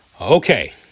Okay